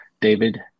David